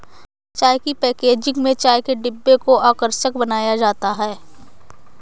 चाय की पैकेजिंग में चाय के डिब्बों को आकर्षक बनाया जाता है